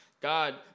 God